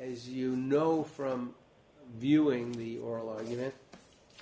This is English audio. as you know from viewing the oral argument